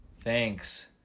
Thanks